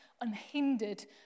unhindered